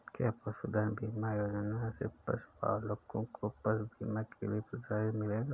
क्या पशुधन बीमा योजना से पशुपालकों को पशु बीमा के लिए प्रोत्साहन मिलेगा?